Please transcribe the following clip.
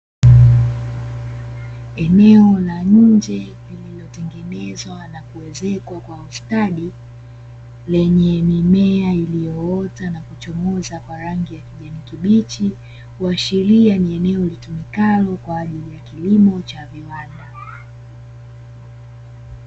Eneo la nje lililotengenezwa na kuwezekwa kwa ustadi, lenye mimea iliyoota na kuchomoza kwa rangi ya kijani kibichi, kuashiria ni eneo litumikalo kwa ajili ya kilimo cha viwanda.